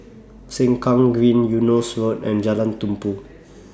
Sengkang Green Eunos Road and Jalan Tumpu